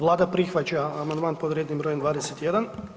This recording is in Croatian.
Vlada prihvaća amandman pod rednim brojem 21.